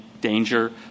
danger